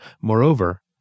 Moreover